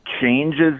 changes